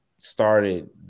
started